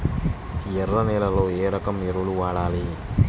ఎర్ర నేలలో ఏ రకం ఎరువులు వాడాలి?